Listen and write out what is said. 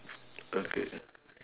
okay